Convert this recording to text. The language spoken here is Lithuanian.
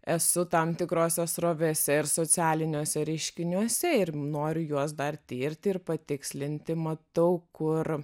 esu tam tikrosiose srovėse ir socialiniuose reiškiniuose ir noriu juos dar tirt ir patikslinti matau kur